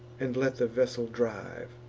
and let the vessel drive.